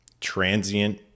transient